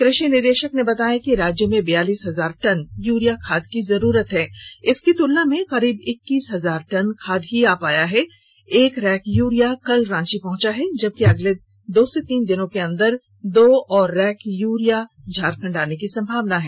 कृषि निदेशक ने बताया कि राज्य में बियालीस हजार टन यूरिया खाद की जरूरत है इसकी तुलना में करीब इक्कीस हजार टन खाद आ गया है एक रैक यूरिया कल रांची पहंचा है अगले दो से तीन दिनों के अंदर और दो रैक यूरिया झारखंड आएगा